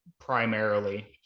primarily